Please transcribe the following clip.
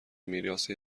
میراثی